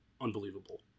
unbelievable